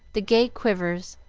the gay quivers,